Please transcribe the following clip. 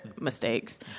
Mistakes